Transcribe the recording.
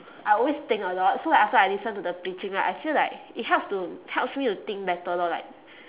I always think a lot so like after I listen to the preaching right I feel like it helps to helps me to think better lor like